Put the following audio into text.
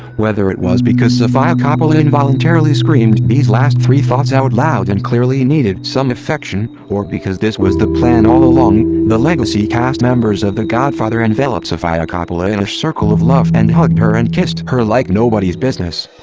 whether it was because sofia coppola involuntarily screamed these last three thoughts out loud and clearly needed some affection, or because this was the plan all along, the legacy cast members of the godfather enveloped sofia coppola in a circle of love and hugged her and kissed her like nobody's business.